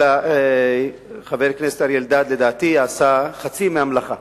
אלא שחבר הכנסת אריה אלדד לדעתי עשה חצי מהמלאכה.